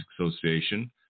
Association